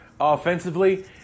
offensively